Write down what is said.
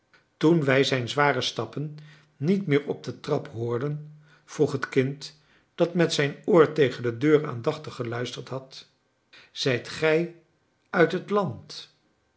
toen wij zijn zware stappen niet meer op de trap hoorden vroeg het kind dat met zijn oor tegen de deur aandachtig geluisterd had zijt gij uit het land